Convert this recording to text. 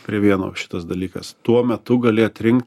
prie vieno šitas dalykas tuo metu gali atrinkt